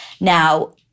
Now